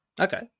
Okay